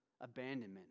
abandonment